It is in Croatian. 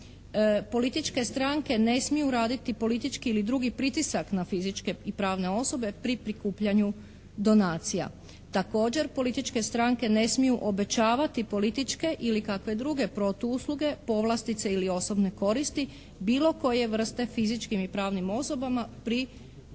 Političke stranke ne smiju raditi politički ili drugi pritisak na fizičke i pravne osobe pri prikupljanju donacija. Također političke stranke ne smiju obećavati političke ili kakve druge protuusluge, povlastice ili osobne koristi bilo koje vrste fizičkim i pravnim osobama pri primanju